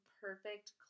perfect